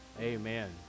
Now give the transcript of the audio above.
Amen